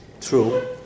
true